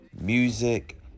music